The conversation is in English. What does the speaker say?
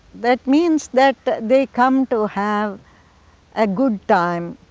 that means that that they come to have a good time.